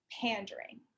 pandering